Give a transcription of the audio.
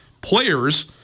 players